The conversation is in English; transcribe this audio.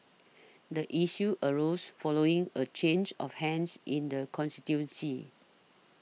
the issue arose following a change of hands in the constituency